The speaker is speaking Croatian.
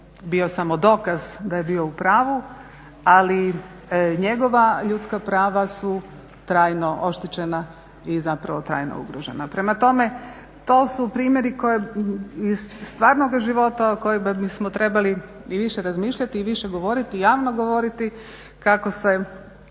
bio samo dokaz da je bio u pravu. Ali njegova ljudska prava su trajno oštećena i zapravo trajno ugrožena. Prema tome, to su primjeri koje iz stvarnoga života o kojima bismo trebali i više razmišljati i više govoriti, javno govoriti kako se